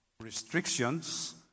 restrictions